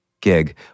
gig